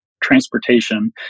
transportation